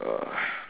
uh